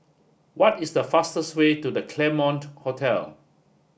what is the fastest way to the Claremont Hotel